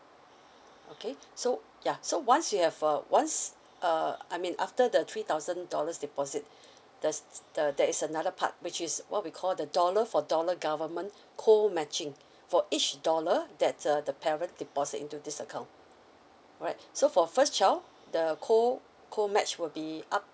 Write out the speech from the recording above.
okay so ya so once you have a once uh I mean after the three thousand dollars deposit that's the that's another part which is what we call the dollar for dollar government co matching for each dollar that uh the parent deposit into this account alright so for first child the co~ co match will be up